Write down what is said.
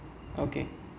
okay